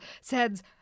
says